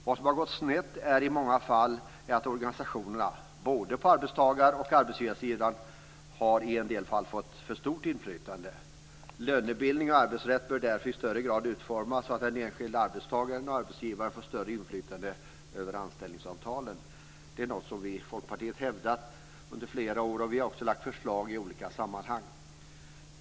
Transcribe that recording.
Vad som har gått snett är att organisationerna, både på arbetstagar och på arbetsgivarsidan, i många fall fått för stort inflytande. Lönebildning och arbetsrätt bör därför i högre grad utformas så att den enskilde arbetstagaren och arbetsgivaren får större inflytande över anställningsavtalen. Detta är något som vi i Folkpartiet hävdat i flera år och också lagt fram förslag om i olika sammanhang.